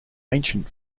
ancient